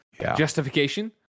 justification